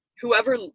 whoever